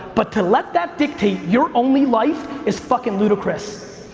but to let that dictate your only life is fuckin' ludicrous.